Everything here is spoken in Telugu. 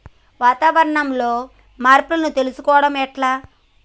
వాతావరణంలో మార్పులను తెలుసుకోవడం ఎట్ల?